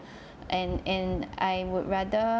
and and I would rather